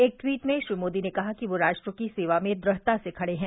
एक ट्वीट में श्री मोदी ने कहा कि वे राष्ट्र की सेवा में दृढ़ता से खड़े हैं